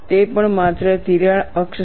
તે પણ માત્ર તિરાડ અક્ષ સાથે